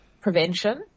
prevention